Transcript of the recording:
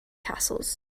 castles